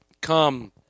come